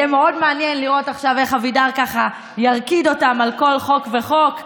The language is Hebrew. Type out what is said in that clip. יהיה מאוד מעניין לראות עכשיו איך אבידר ככה ירקיד אותם על כל חוק וחוק.